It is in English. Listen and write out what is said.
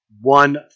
One